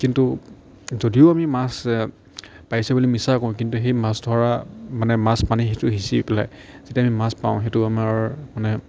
কিন্তু যদিও আমি মাছ পাইছোঁ বুলি মিছা কওঁঁ কিন্তু সেই মাছ ধৰা মানে মাছ পানী সেইটো সিঁচি পেলাই যেতিয়া আমি মাছ পাওঁ সেইটো আমাৰ মানে